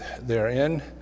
therein